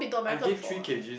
I gain three K_Gs